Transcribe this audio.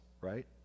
right